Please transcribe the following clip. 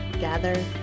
gather